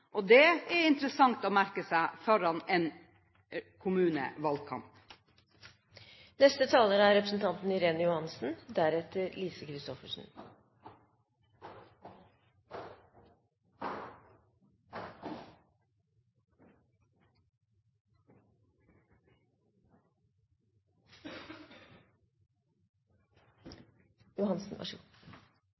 Og det er interessant å merke seg foran en kommunevalgkamp.